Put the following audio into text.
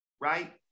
Right